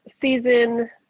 season